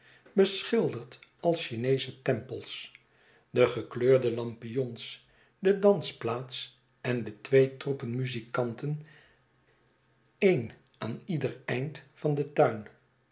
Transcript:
beschilderd als chineesche tempels de gekleurde lampions de dansplaats en de twee troepen muzikanten een aan ieder eind van den tuin